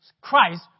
Christ